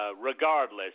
regardless